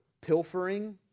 pilfering